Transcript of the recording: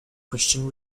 christian